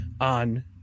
on